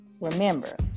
Remember